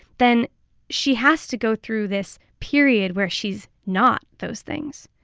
then she has to go through this period where she's not those things.